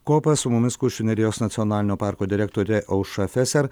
kopas su mumis kuršių nerijos nacionalinio parko direktorė aušra feser